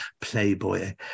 playboy